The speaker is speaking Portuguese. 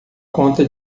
conta